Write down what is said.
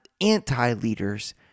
anti-leaders